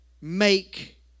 make